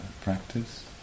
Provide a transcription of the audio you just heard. practice